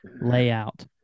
layout